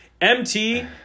MT